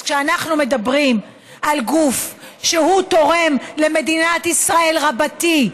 אז כשאנחנו מדברים על גוף שתורם למדינת ישראל רבתי,